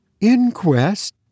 Inquest